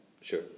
Sure